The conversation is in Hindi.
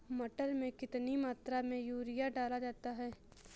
मटर में कितनी मात्रा में यूरिया डाला जाता है?